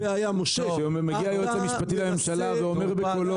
מגיע היועץ המשפטי לממשלה ואומר בקולו